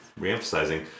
reemphasizing